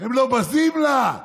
הם לא בזים לה.